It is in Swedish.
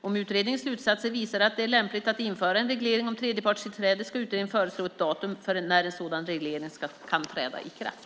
Om utredningens slutsatser visar på att det är lämpligt att införa en reglering om tredjepartstillträde ska utredningen föreslå ett datum för när en sådan reglering kan träda i kraft.